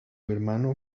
hermano